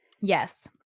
Yes